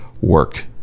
work